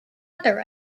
other